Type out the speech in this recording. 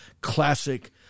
classic